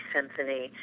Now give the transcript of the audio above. Symphony